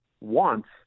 wants